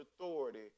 authority